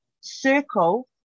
circle